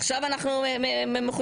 עכשיו אנחנו מוסיפים.